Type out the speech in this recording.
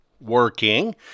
working